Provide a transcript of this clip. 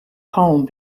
home